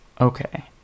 okay